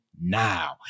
now